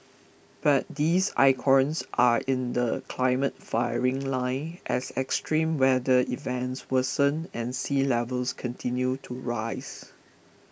but these icons are in the climate firing line as extreme weather events worsen and sea levels continue to rise